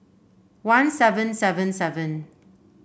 one seven seven seven